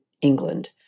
England